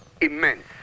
immense